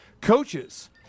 coaches